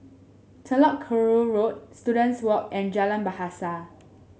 Telok Kurau Road Students Walk and Jalan Bahasa